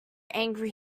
angry